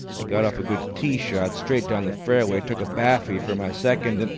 i got off a good tee-shot straight down the fairway, took a baffy for my second, and